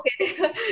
okay